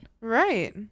Right